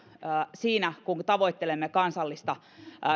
siinä kun tavoittelemme kansallista